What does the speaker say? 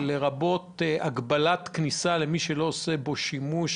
לרבות הגבלת כניסה בחוק למי שלא עושה בו שימוש.